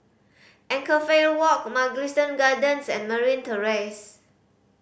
Anchorvale Walk Mugliston Gardens and Merryn Terrace